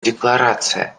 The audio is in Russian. декларация